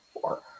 four